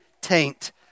taint